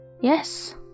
Yes